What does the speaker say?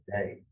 today